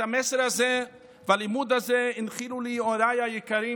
את המסר הזה והלימוד הזה הנחילו לי הוריי היקרים,